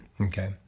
Okay